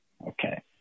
Okay